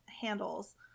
handles